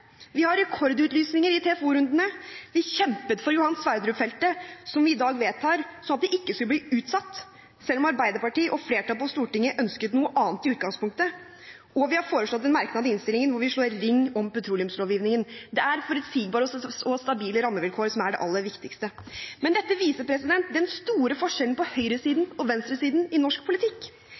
Vi har rekordutlysninger i TFO-rundene, vi kjempet for Johan Sverdrup-feltet som vi i dag vedtar – sånn at det ikke skulle bli utsatt selv om Arbeiderpartiet og flertallet på Stortinget ønsket noe annet i utgangspunktet – og vi har foreslått en merknad i innstillingen hvor vi slår ring om petroleumslovgivningen. Det er forutsigbare og stabile rammevilkår som er det aller viktigste. Men dette viser den store forskjellen på høyresiden og venstresiden i norsk politikk.